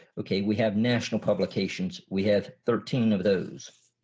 okay we have national publications. we have thirteen of those.